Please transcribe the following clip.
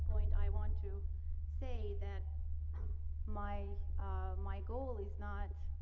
point, i want to say that my my goal is not